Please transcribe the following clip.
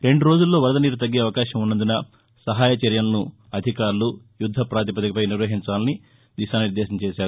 రెండు రోజుల్లో వరద నీరు తగ్గే అవకాశం ఉన్నందున సహాయ చర్యలను అధికారులు యుద్గపాతిపదికపై నిర్వహించాలని దిశానిర్దేశం చేశారు